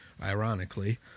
ironically